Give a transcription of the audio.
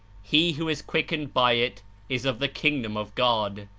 he who is quickened by it is of the kingdom of god.